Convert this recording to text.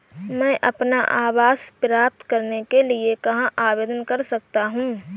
मैं अपना आवास प्राप्त करने के लिए कहाँ आवेदन कर सकता हूँ?